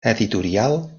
editorial